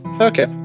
Okay